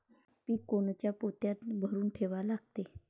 पीक कोनच्या पोत्यात भरून ठेवा लागते?